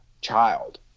child